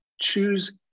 choose